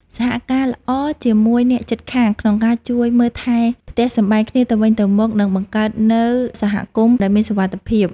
សហការល្អជាមួយអ្នកជិតខាងក្នុងការជួយមើលថែផ្ទះសម្បែងគ្នាទៅវិញទៅមកនឹងបង្កើតនូវសហគមន៍ដែលមានសុវត្ថិភាព។